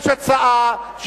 יש הצעה,